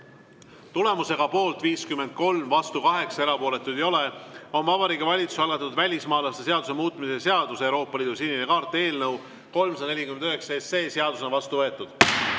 Tulemusega poolt 53, vastu 8, erapooletuid ei ole, on Vabariigi Valitsuse algatatud välismaalaste seaduse muutmise seaduse (Euroopa Liidu sinine kaart) eelnõu 349 seadusena vastu võetud.